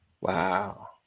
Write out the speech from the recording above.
Wow